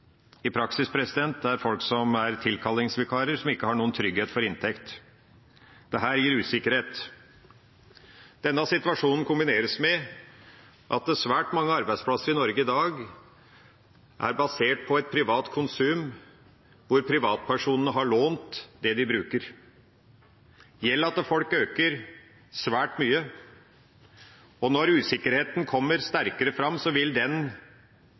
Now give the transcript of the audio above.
i praksis tilkallingsvikarer som ikke har noen trygghet for inntekt. Dette gir usikkerhet. Denne situasjonen kombineres med at svært mange arbeidsplasser i Norge i dag er basert på et privat konsum hvor privatpersonene har lånt det de bruker. Gjelda til folk øker svært mye. Når usikkerheten kommer sterkere fram, vil den